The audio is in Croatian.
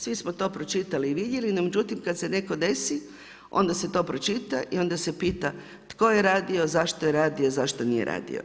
Svi smo to pročitali i vidjeli, no međutim, kad se netko desi, onda se to pročita i onda se pita, tko je radio, zašto je radio, zašto nije radio.